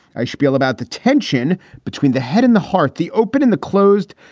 i spiel about the tension between the head and the heart, the open in the closed,